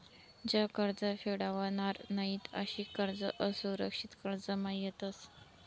ज्या कर्ज फेडावनार नयीत अशा कर्ज असुरक्षित कर्जमा येतस